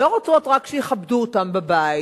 לא רוצות רק שיכבדו אותן בבית.